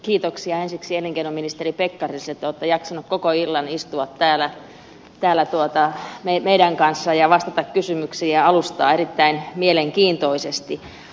kiitoksia ensiksi elinkeinoministeri pekkariselle että olette jaksanut koko illan istua täällä meidän kanssamme ja vastata kysymyksiin ja alustaa erittäin mielenkiintoisesti